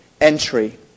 entry